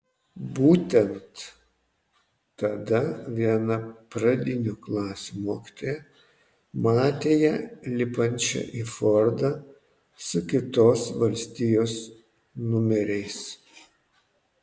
būtent tada viena pradinių klasių mokytoja matė ją lipančią į fordą su kitos valstijos numeriais